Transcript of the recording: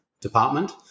department